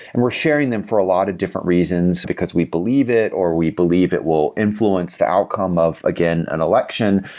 and we're sharing them for a lot of different reasons, because we believe it, or we believe it will influence the outcome of again, an election,